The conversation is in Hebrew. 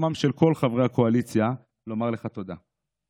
ובשמם של כל חברי הקואליציה לומר לך תודה.